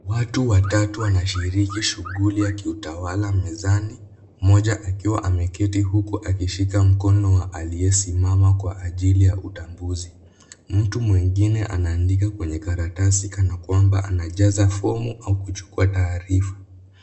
Watu watatu wanashiriki shughuli ya kiutawala mezani. Mmoja akiwa amkwti huku akishika mkono wa aliyesimama kwa ajili ya utambuzi. Mtu mwengine anaandika kwenye karatasi kana kwamba anajaza fomu au anachukua taarifa.